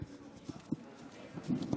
שלוש דקות לרשותך, אדוני, בבקשה.